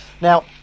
Now